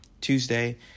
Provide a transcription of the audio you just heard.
Tuesday